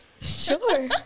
Sure